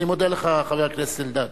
אני מודה לך, חבר הכנסת אלדד.